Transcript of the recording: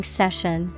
session